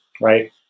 right